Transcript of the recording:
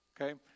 Okay